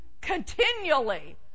continually